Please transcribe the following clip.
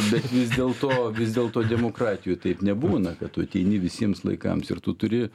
bet vis dėlto vis dėlto demokratijoj taip nebūna kad tu ateini visiems laikams ir tu turi